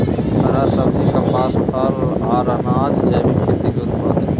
हरा सब्जी, कपास, फल, आर अनाज़ जैविक खेती के उत्पाद हय